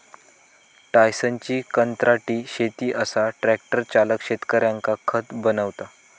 टायसनची कंत्राटी शेती असा ट्रॅक्टर चालक शेतकऱ्यांका खत बनवता